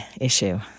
issue